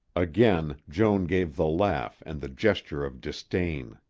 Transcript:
again joan gave the laugh and the gesture of disdain.